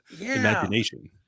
imagination